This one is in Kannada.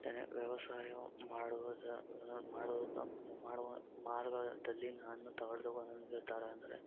ವ್ಯವಸಾಯವು ಮಾಡುವುದರ ಮಾಡುದ ಮಾಡುವ ಮಾರ್ಗದಲ್ಲಿ ನಾನು ತಗೊಳ್ಳುವ ನಿರ್ಧಾರ ಅಂದರೆ